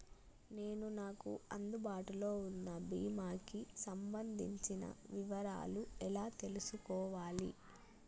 నేను నాకు అందుబాటులో ఉన్న బీమా కి సంబంధించిన వివరాలు ఎలా తెలుసుకోవాలి?